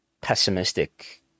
pessimistic